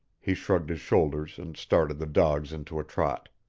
he shrugged his shoulders and started the dogs into a trot.